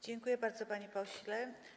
Dziękuję bardzo, panie pośle.